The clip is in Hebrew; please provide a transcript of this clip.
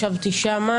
ישבתי שם,